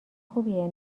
خوبیه